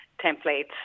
templates